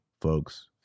folks